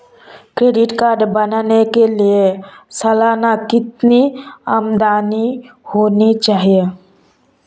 Credit card बनाने के लिए सालाना कितनी आमदनी होनी चाहिए?